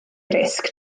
risg